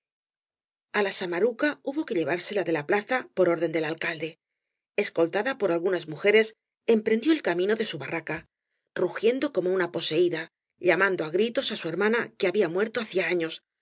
sequiotat a la samaruca hubo que llevársela de la plaza por orden del alcalde escoltada por algunas mujeres emprendió el camino de su barraca rugiengañas y barro do como una poseída llamando á gritos á su hermada que había muerto hacía afios